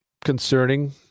concerning